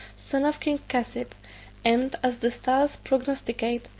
son of king cassib and, as the stars prognosticate,